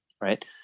right